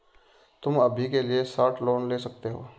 तुम अभी के लिए शॉर्ट लोन ले सकते हो